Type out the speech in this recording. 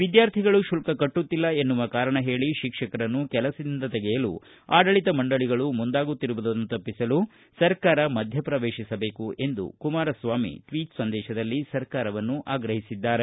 ವಿದ್ಯಾರ್ಥಿಗಳು ಶುಲ್ತ ಕಟ್ಪುತ್ತಿಲ್ಲ ಎನ್ನುವ ಕಾರಣ ಹೇಳಿ ಶಿಕ್ಷಕರನ್ನು ಕೆಲಸದಿಂದ ತೆಗೆಯಲು ಆಡಳಿತ ಮಂಡಳಿಗಳು ಮುಂದಾಗುತ್ತಿರುವುದನ್ನು ತಪ್ಪಿಸಲು ಸರ್ಕಾರ ಮಧ್ಯ ಪ್ರವೇಶಿಸಬೇಕು ಎಂದು ಕುಮಾರಸ್ವಾಮಿ ಟ್ವೀಟ್ ಸಂದೇಶದಲ್ಲಿ ಸರ್ಕಾರವನ್ನು ಆಗ್ರಹಿಸಿದ್ದಾರೆ